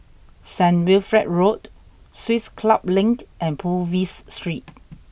Saint Wilfred Road Swiss Club Link and Purvis Street